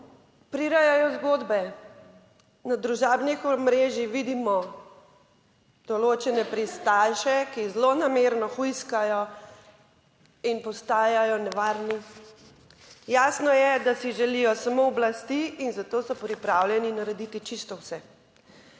prirejajo zgodbe. Na družabnih omrežjih vidimo določene pristaše, ki zlonamerno hujskajo in postajajo nevarni. Jasno je, da si želijo samo oblasti in zato so pripravljeni narediti čisto vse.